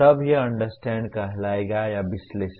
तब यह अंडरस्टैंड कहलायेगा या विश्लेषण